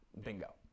Bingo